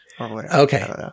Okay